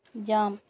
jump